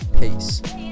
Peace